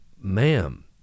ma'am